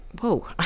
whoa